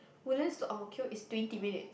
Woodlands to Ang-Mo-Kio is twenty minutes